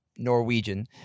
Norwegian